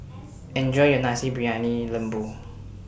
Enjoy your Nasi Briyani Lembu